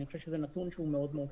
אני חושב שזה נתון מאוד חשוב.